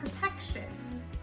protection